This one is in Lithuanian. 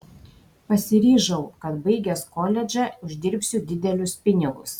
pasiryžau kad baigęs koledžą uždirbsiu didelius pinigus